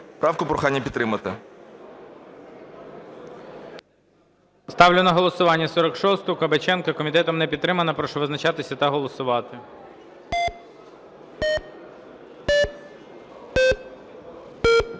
Правку прохання підтримати. ГОЛОВУЮЧИЙ. Ставлю на голосування 46-у Кабаченка. Комітетом не підтримана. Прошу визначатися та голосувати.